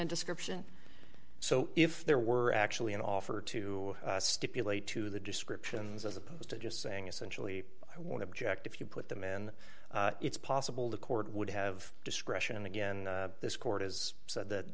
and description so if there were actually an offer to stipulate to the descriptions as opposed to just saying essentially i want to object if you put them in it's possible the court would have discretion and again this court has said that